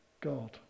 God